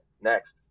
next